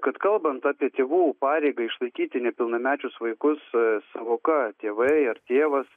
kad kalbant apie tėvų pareigą išlaikyti nepilnamečius vaikus sąvoka tėvai ar tėvas